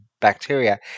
bacteria